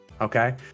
Okay